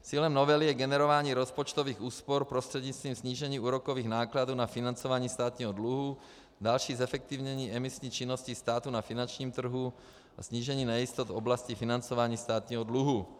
Cílem novely je generování rozpočtových úspor prostřednictvím snížení úrokových nákladů na financování státního dluhu, další zefektivnění emisní činnosti státu na finančním trhu a snížení nejistot v oblasti financování státního dluhu.